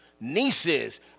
nieces